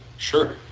Sure